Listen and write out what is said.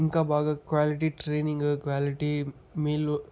ఇంకా బాగా quality training quality మీలు